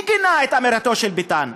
מי גינה את אמירתו של ביטן?